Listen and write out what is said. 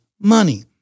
money